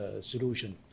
solution